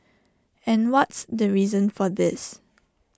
and what's the reason for this